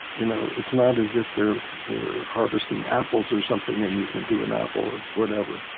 you know it's not as if they're they're harvesting apples or something and you can do an apple or whatever.